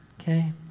okay